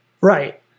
Right